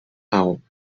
own